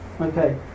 Okay